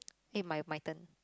eh my my turn